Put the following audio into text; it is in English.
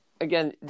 again